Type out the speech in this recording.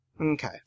Okay